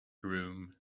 room